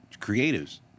Creatives